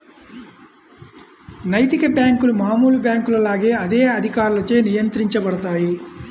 నైతిక బ్యేంకులు మామూలు బ్యేంకుల లాగా అదే అధికారులచే నియంత్రించబడతాయి